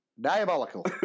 Diabolical